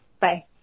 Bye